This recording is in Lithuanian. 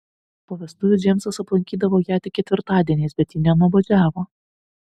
po vestuvių džeimsas aplankydavo ją tik ketvirtadieniais bet ji nenuobodžiavo